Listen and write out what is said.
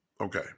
Okay